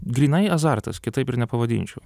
grynai azartas kitaip ir nepavadinčiau